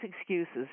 excuses